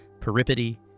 peripety